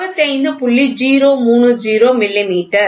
030 millimetre